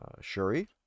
Shuri